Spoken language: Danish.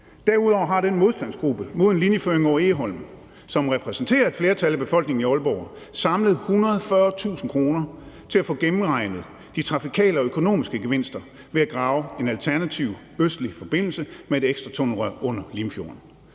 Derudover har den modstandsgruppe mod en linjeføring over Egholm, som repræsenterer et flertal af befolkningen i Aalborg, indsamlet 140.000 kr. til at få genberegnet de trafikale og økonomiske gevinster ved at grave en alternativ østlig forbindelse med et ekstra tunnelrør under Limfjorden,